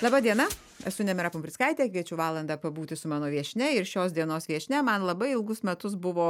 laba diena esu nemira pumprickaitė kviečiu valandą pabūti su mano viešnia ir šios dienos viešnia man labai ilgus metus buvo